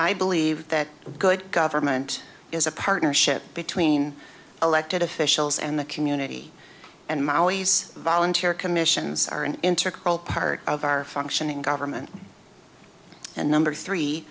i believe that good government is a partnership between elected officials and the community and my always volunteer commissions are an intercom part of our functioning government and number three